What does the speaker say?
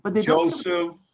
Joseph